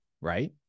right